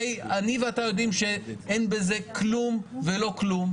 הרי אני ואתה יודעים שאין בזה כלום ולא כלום.